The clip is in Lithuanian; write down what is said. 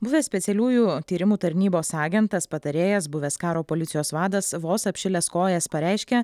buvęs specialiųjų tyrimų tarnybos agentas patarėjas buvęs karo policijos vadas vos apšilęs kojas pareiškė